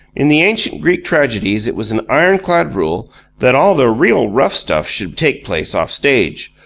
in the ancient greek tragedies it was an ironclad rule that all the real rough stuff should take place off-stage,